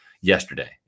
yesterday